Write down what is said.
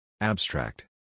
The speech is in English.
Abstract